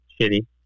shitty